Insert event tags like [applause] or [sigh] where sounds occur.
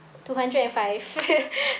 two hundred and five [laughs]